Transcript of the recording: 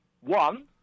One